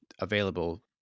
available